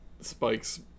Spike's